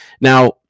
Now